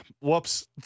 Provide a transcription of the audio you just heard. Whoops